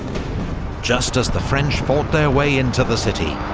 just as the french fought their way into the city,